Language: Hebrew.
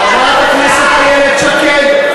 חברת הכנסת איילת שקד,